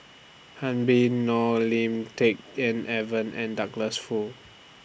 Habib Noh Lim Tik En Edwin and Douglas Foo